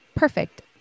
Perfect